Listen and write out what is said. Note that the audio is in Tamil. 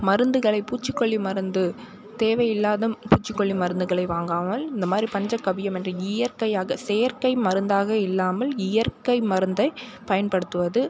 மருந்துகளை பூச்சிக்கொல்லி மருந்து தேவையில்லாத பூச்சிக்கொல்லி மருந்துகளை வாங்காமல் இந்த மாதிரி பஞ்சக்கவ்யம் என்று இயற்கையாக செயற்கை மருந்தாக இல்லாமல் இயற்கை மருந்தை பயன்படுத்துவது